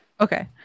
Okay